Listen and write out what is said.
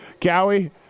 Cowie